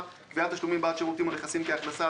(קביעת תשלומים בעד שירותים או תוספת א׳נכסים כהכנסה),